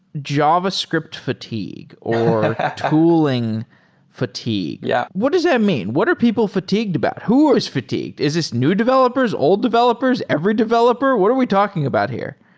javascript fatigue, or tooling fatigue. yeah what does that mean? what are people fatigued about? who is fatigued? is this new developers, old developers, every developer? what are we talking about here?